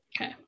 Okay